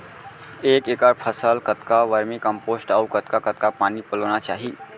एक एकड़ फसल कतका वर्मीकम्पोस्ट अऊ कतका कतका पानी पलोना चाही?